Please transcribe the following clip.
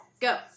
Go